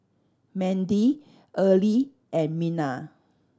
Mandi Earlie and Minna